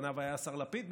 לפניו היה השר לפיד,